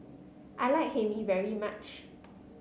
I like Hae Mee very much